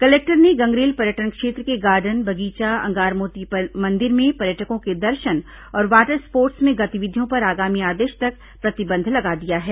collector ने गंगरेल पर्यटन क्षेत्र के गार्डन बगीचा अंगारमोती मंदिर में पर्यटकों के दर्शन और वाटर स्पोर्ट्स में गतिविधियों पर आगामी आदेश तक प्रतिबंध लगा दिया है